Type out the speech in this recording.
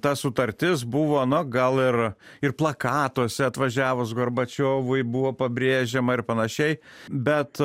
ta sutartis buvo na gal ir ir plakatuose atvažiavus gorbačiovui buvo pabrėžiama ir panašiai bet